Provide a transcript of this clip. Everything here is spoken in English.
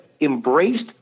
embraced